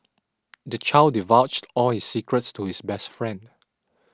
the child divulged all his secrets to his best friend